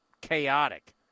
chaotic